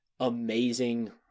amazing